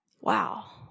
Wow